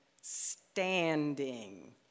standing